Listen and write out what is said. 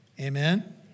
Amen